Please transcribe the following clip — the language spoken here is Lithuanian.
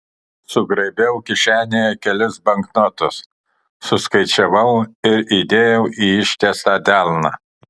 sugraibiau kišenėje kelis banknotus suskaičiavau ir įdėjau į ištiestą delną